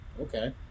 okay